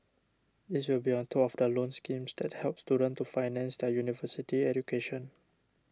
these will be on top of the loan schemes that help students to finance their university education